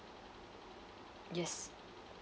yes